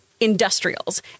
Industrials